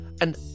And